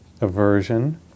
aversion